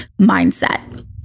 mindset